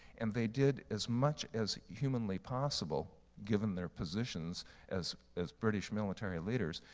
and they did as much as humanly possible given their positions as as british military leaders,